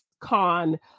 con